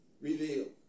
revealed